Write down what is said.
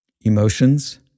emotions